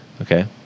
okay